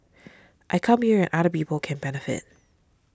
I come here and other people can benefit